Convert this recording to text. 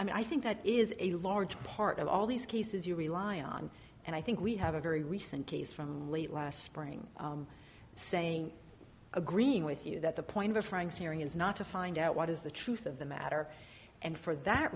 mean i think that is a large part of all these cases you rely on and i think we have a very recent case from late last spring saying agreeing with you that the point of frank's hearing is not to find out what is the truth of the matter and for that